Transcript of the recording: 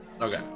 Okay